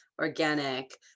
organic